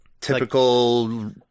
typical